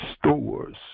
stores